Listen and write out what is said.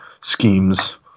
schemes